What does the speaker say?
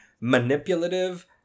manipulative